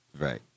right